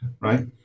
right